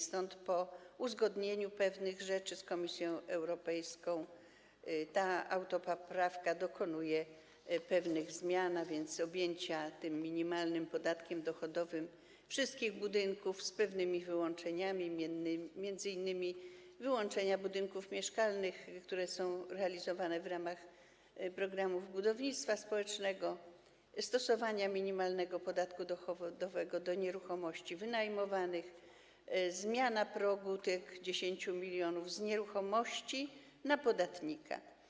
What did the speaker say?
Stąd po uzgodnieniu pewnych rzeczy z Komisją Europejską tą autopoprawką dokonuje się pewnych zmian dotyczących objęcia minimalnym podatkiem dochodowym wszystkich budynków, z pewnymi wyłączeniami, m.in. z wyłączeniem budynków mieszkalnych, które są budowane w ramach programów budownictwa społecznego, a także stosowania minimalnego podatku dochodowego do nieruchomości wynajmowanych i zmiany progu tych 10 mln z nieruchomości na podatnika.